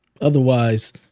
Otherwise